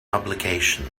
obligation